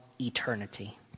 Eternity